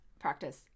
practice